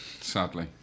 Sadly